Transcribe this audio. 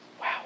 Wow